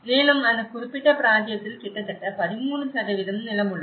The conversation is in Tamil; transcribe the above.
மேலும் அந்த குறிப்பிட்ட பிராந்தியத்தில் கிட்டத்தட்ட 13 நிலம் உள்ளது